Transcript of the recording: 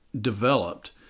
developed